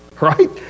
right